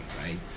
right